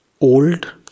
old